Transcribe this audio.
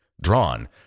drawn